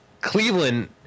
Cleveland –